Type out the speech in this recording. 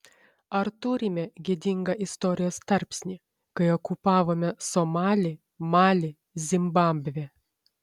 ar turime gėdingą istorijos tarpsnį kai okupavome somalį malį zimbabvę